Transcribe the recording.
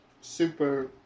super